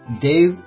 Dave